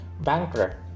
banker